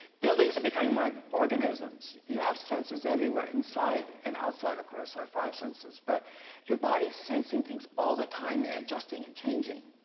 buildings are becoming more like organisms. you have senses everywhere, inside and outside of course our five senses. but your body's sensing things all the time and adjusting and changing,